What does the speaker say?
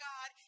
God